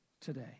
today